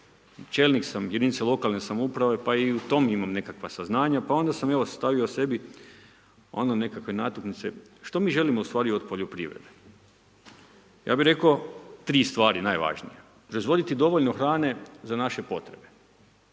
Čelnik sam jedinice lokalne samouprave, pa i o tome imam nekakva saznanja, pa sam stavio sebi, ono nekakve natuknice, što mi želimo ustvari od poljoprivrede. Ja bi rekao 3 stvari najvažnije. Dozvoliti dovoljno hrane za naše potrebe.